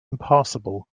impassable